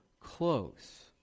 close